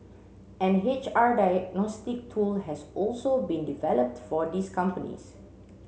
an H R diagnostic tool has also been developed for these companies